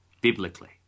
biblically